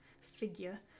figure